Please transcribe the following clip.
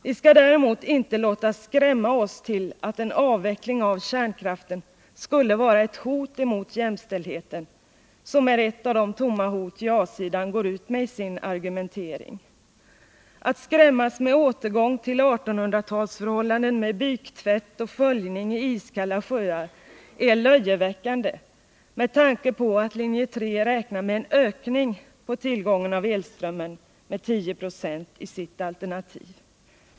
Vi skall däremot inte låta skrämma oss till att en avveckling av kärnkraften skulle vara ett hot emot jämställdheten, som är ett av de tomma hot ja-sidan går ut med i sin argumentering. Att skrämmas med återgång till 1800 talsförhållanden med byktvätt och sköljning i iskalla sjöar är löjeväckande med tanke på att linje 3 räknar med en ökning av tillgången på elström med 10 7 i sitt alternativ.